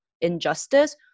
injustice